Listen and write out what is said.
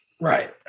Right